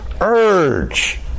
urge